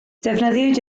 defnyddiwyd